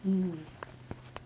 mm